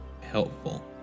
helpful